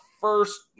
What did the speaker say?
first